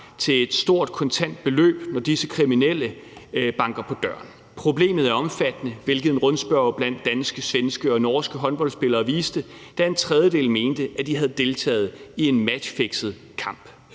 til et stort kontant beløb, når disse kriminelle banker på døren. Problemet er omfattende, hvilket en rundspørge blandt danske, svenske og norske håndboldspillere viste, da en tredjedel mente, at de havde deltaget i en matchfixet kamp.